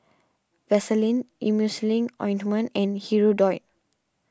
Vaselin Emulsying Ointment and Hirudoid